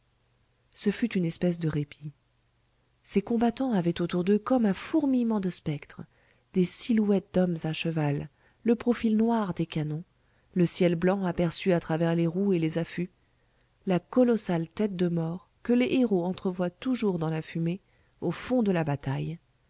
ce fut une espèce de répit ces combattants avaient autour d'eux comme un fourmillement de spectres des silhouettes d'hommes à cheval le profil noir des canons le ciel blanc aperçu à travers les roues et les affûts la colossale tête de mort que les héros entrevoient toujours dans la fumée au fond de la bataille